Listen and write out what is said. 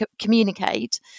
Communicate